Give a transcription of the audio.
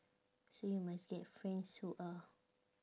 so you must get friends who are